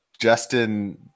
Justin